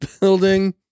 building